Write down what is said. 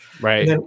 Right